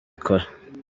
ikora